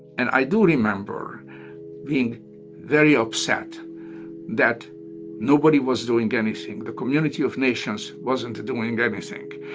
and i do remember being very upset that nobody was doing anything, the community of nations wasn't doing and anything,